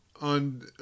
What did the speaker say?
on